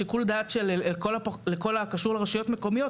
שיקול דעת לכל הקשור לרשויות המקומיות,